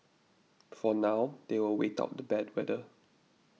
for now they will wait out the bad weather